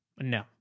no